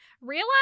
realize